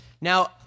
Now